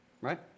Right